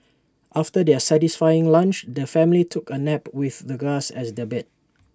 after their satisfying lunch the family took A nap with the grass as their bed